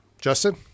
Justin